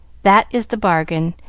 that is the bargain,